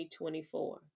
2024